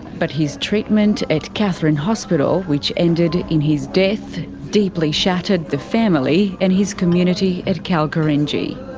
but his treatment at katherine hospital, which ended in his death, deeply shattered the family and his community at kalkarindji.